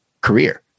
career